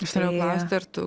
aš norėjau klausti ar tu